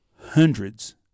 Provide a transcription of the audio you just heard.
Hundreds